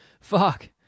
fuck